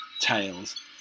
tales